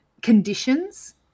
conditions